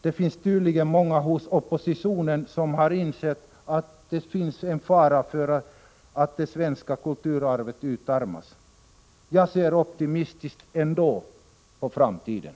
Det finns tydligen många i oppositionen som har insett att det finns en fara för att det svenska kulturarvet utarmas. Jag ser ändå optimistiskt på framtiden.